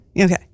Okay